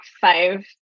five